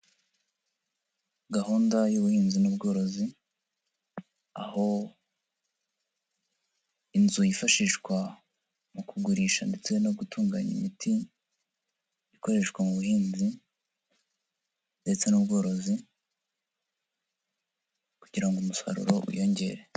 Gahunda y'ubuhinzi n'ubworozi aho inzu yifashishwa mu kugurisha ndetse no gutunganya imiti, ikoreshwa mu buhinzi ndetse n'ubworozi kugira ngo umusaruro wiyongere.